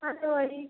हाँ तो वही